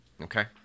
Okay